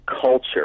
culture